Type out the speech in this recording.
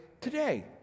today